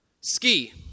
Ski